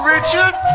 Richard